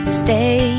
stay